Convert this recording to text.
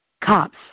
cops